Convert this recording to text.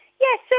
Yes